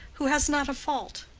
who has not a fault?